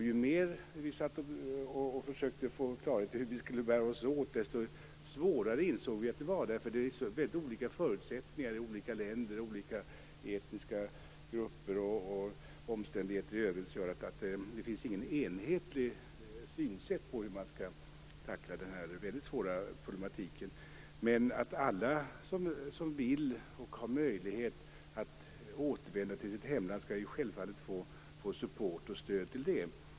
Ju mer vi i utredningen försökte få klarhet i hur vi skulle bära oss åt, desto svårare insåg vi att det var. Det är väldigt olika förutsättningar i olika länder och i olika etniska grupper, och omständigheter i övrigt gör att det inte finns ett enhetligt synsätt på hur man skall tackla den här mycket svåra problematiken. Alla som vill och har möjlighet att återvända till sitt hemland skall självfallet få support och stöd till det.